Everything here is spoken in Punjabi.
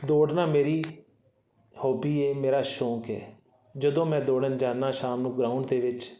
ਦੌੜਨਾ ਮੇਰੀ ਹੋਬੀ ਹੈ ਮੇਰਾ ਸ਼ੌਂਕ ਹੈ ਜਦੋਂ ਮੈਂ ਦੌੜਨ ਜਾਂਦਾ ਸ਼ਾਮ ਨੂੰ ਗਰਾਉਂਡ ਦੇ ਵਿੱਚ